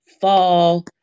fall